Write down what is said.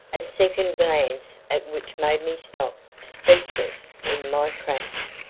a second glance at which made me stop speechless in my tracks.